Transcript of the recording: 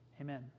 amen